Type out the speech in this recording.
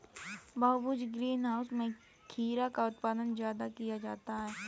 बहुभुज greenhouse में खीरा का उत्पादन ज्यादा किया जाता है